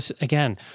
again